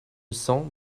sang